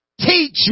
Teach